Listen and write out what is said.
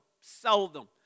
seldom